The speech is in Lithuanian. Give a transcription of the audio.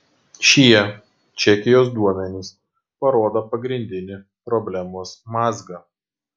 šie čekijos duomenys parodo pagrindinį problemos mazgą